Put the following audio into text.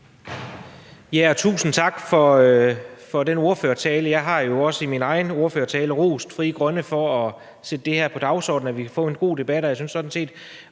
Tusind tak for ordførertalen. Jeg har jo også i min egen ordførertale rost Frie Grønne for at sætte det her på dagsordenen og håber, vi kan få en god debat,